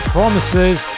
Promises